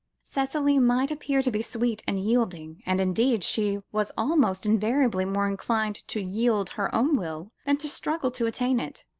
cicely might appear to be sweet and yielding and, indeed, she was almost invariably more inclined to yield her own will, than to struggle to attain it,